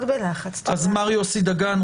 מר יוסי דגן,